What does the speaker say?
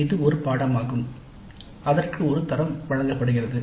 இது ஒரு பாடநெறி ஆகும் அதற்கு ஒரு தரம் வழங்கப்படுகிறது